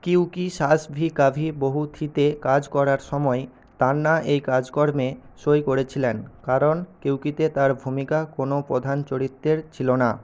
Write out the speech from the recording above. কিঁউকি সাস ভি কাভি বহু থিতে কাজ করার সময় তান্না এই কাজকর্মে সই করেছিলেন কারণ কিঁউকিতে তার ভূমিকা কোনও প্রধান চরিত্রের ছিলনা